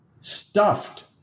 stuffed